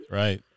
right